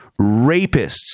rapists